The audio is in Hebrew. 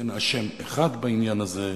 אין אשם אחד בעניין הזה,